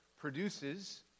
Produces